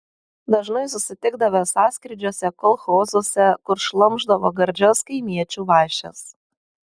dažnai susitikdavę sąskrydžiuose kolchozuose kur šlamšdavo gardžias kaimiečių vaišes